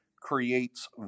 creates